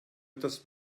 etwas